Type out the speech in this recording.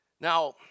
Now